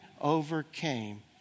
overcame